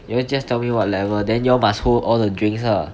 you all just tell me what level then you all must hold all the drinks lah